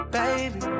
baby